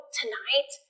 tonight